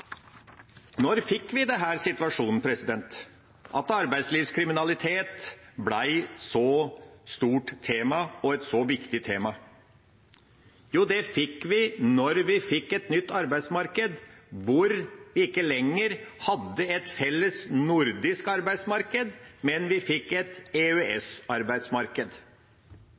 Når fikk vi denne situasjonen med at arbeidslivskriminalitet ble et så stort og viktig tema? Jo, den fikk vi da vi fikk et nytt arbeidsmarked, da vi ikke lenger hadde et felles nordisk arbeidsmarked, men vi fikk et